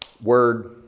word